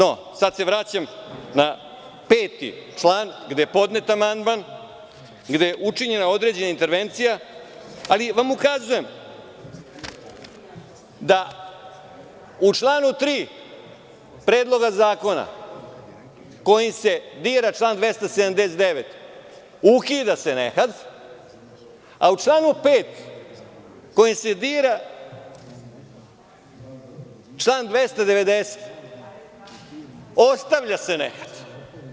No, sada se vraćam na peti član, gde je podnet amandman, gde je učinjena određena intervencija, ali vam ukazujem da u članu 3. Predloga zakona, kojim se dira član 279. ukida se nehat, a u članu 5. kojim se dira član 290. ostavlja se nehat.